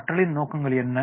கற்றலின் நோக்கங்கள் என்ன